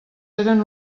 eren